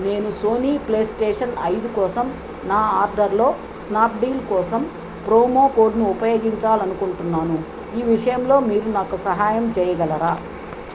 నేను Sony PlayStation ఐదు కోసం నా ఆర్డర్లో స్నాప్డీల్ కోసం ప్రోమో కోడ్ను ఉపయోగించాలి అనుకుంటున్నాను ఈ విషయంలో మీరు నాకు సహాయం చేయగలరా